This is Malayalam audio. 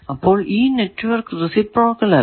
അപ്പോൾ ഈ നെറ്റ്വർക്ക് റേസിപ്രോക്കൽ അല്ല